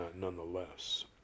nonetheless